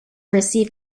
receive